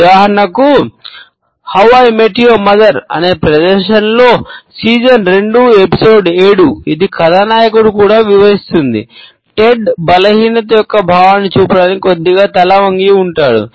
ఉదాహరణకు how I met your mother బలహీనత యొక్క భావాన్ని చూపడానికి కొద్దిగా తల వంగి ఉంటాడు